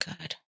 good